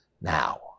Now